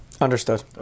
Understood